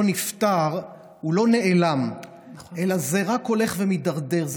נפתר לא נעלם אלא זה רק הולך ומידרדר.